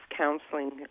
counseling